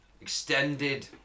extended